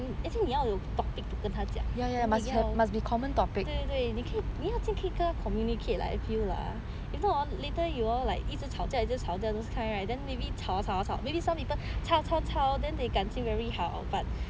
then actually 你要有 topic to 跟他讲 then 你要对对对你可以要跟他 communicate I feel if not later you all like 一直吵架吵架 those kind right then maybe 吵阿吵阿 some people 吵吵吵 then 感情 very 好 but